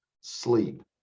sleep